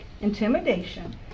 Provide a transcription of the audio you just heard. intimidation